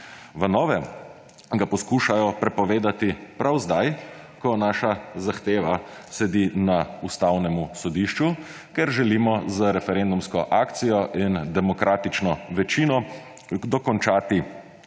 V novem ga poskušajo prepovedati prav zdaj, ko naša zahteva sedi na Ustavnem sodišču, ker želimo z referendumsko akcijo in demokratično večino dokončati